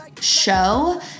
show